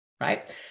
Right